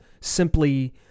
simply